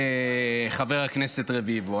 חבר הכנסת רביבו.